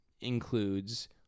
includes